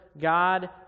God